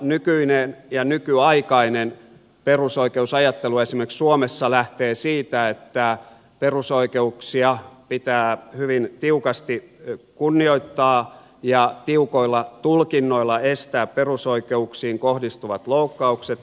nykyinen ja nykyaikainen perusoikeusajattelu esimerkiksi suomessa lähtee siitä että perusoikeuksia pitää hyvin tiukasti kunnioittaa ja tiukoilla tulkinnoilla estää perusoikeuksiin kohdistuvat loukkaukset